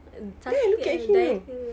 mm something can then